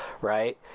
Right